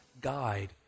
guide